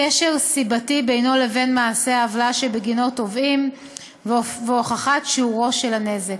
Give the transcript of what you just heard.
קשר סיבתי בינו לבין מעשה העוולה שבגינו תובעים והוכחת שיעורו של הנזק.